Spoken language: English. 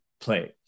play